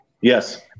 Yes